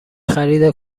خرید